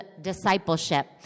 discipleship